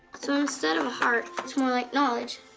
so instead of a heart, it's more like knowledge.